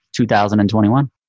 2021